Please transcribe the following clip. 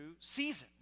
seasons